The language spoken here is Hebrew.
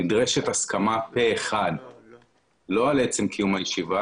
נדרשת הסכמה פה אחד לא על עצם קיום הישיבה